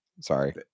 sorry